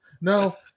No